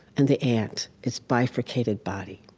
and the ant its bifurcated body.